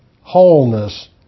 wholeness